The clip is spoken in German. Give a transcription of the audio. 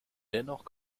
dennoch